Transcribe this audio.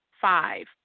Five